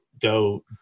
go